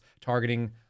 targeting